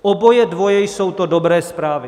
Oboje dvoje jsou to dobré zprávy.